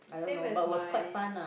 same as my